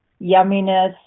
yumminess